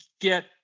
get